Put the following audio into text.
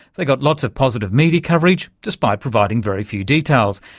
they got lots of positive media coverage, despite providing very few details.